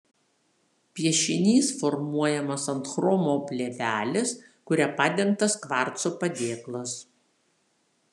piešinys formuojamas ant chromo plėvelės kuria padengtas kvarco padėklas